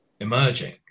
emerging